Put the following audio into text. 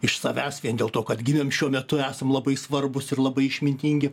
iš savęs vien dėl to kad gimėm šiuo metu esam labai svarbūs ir labai išmintingi